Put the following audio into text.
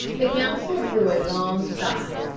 the counsel drew a long sigh.